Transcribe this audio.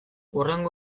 hurrengo